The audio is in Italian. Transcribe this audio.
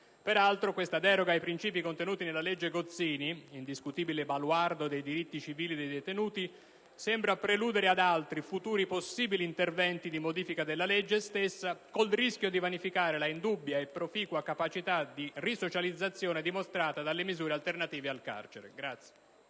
Peraltro, tale deroga ai principi contenuti nella legge Gozzini, indiscutibile baluardo dei diritti civili dei detenuti, sembra preludere ad altri futuri possibili interventi di modifica della legge stessa, con il rischio di vanificare l'indubbia e proficua capacità di risocializzazione dimostrata dalle misure alternative al carcere.